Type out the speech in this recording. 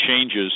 changes